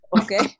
okay